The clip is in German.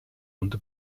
und